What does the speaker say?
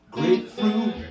Grapefruit